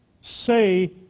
say